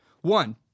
One